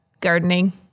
gardening